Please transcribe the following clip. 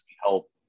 help